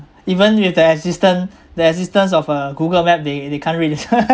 even with the existen~ the existence of uh google map they they can't really